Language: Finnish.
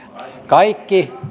kaikki